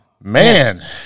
man